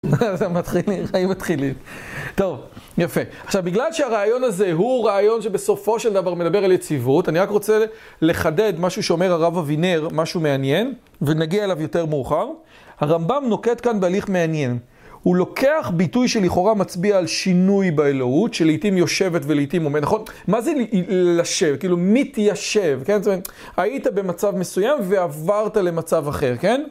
זהו מתחילים, החיים מתחילים. טוב, יפה. עכשיו, בגלל שהרעיון הזה הוא רעיון שבסופו של דבר מדבר על יציבות, אני רק רוצה לחדד משהו שאומר הרב אבינר, משהו מעניין, ונגיע אליו יותר מאוחר. הרמב״ם נוקט כאן בהליך מעניין. הוא לוקח ביטוי שלכאורה מצביע על שינוי באלוהות, שלעתים יושבת ולעתים עומדת, נכון? מה זה לשבת? כאילו, מתיישב? כן? זאת אומרת, היית במצב מסוים ועברת למצב אחר, כן?